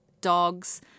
dogs